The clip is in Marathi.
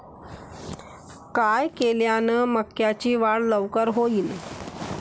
काय केल्यान मक्याची वाढ लवकर होईन?